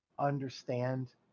Understand